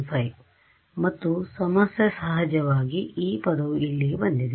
5 ಮತ್ತು ಸಮಸ್ಯೆ ಸಹಜವಾಗಿ ಈ ಪದವು ಇಲ್ಲಿಗೆ ಬಂದಿದೆ